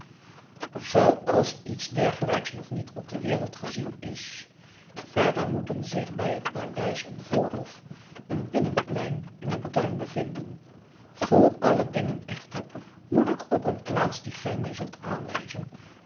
zooals iets dergelijks nog niet op de wereld gezien is verder moeten zich bij het paleis een voorhof een binnenplein en een tuin bevinden vr alle dingen echter moet ik op een plaats die ge mij zult aanwijzen